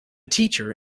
teacher